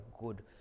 good